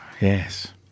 Yes